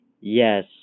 yes